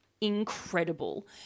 incredible